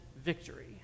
victory